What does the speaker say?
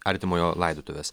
artimojo laidotuves